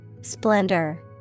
Splendor